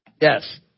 Yes